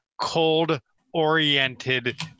cold-oriented